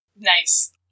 Nice